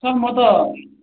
sir म त